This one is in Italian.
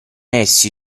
essi